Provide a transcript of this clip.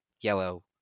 yellow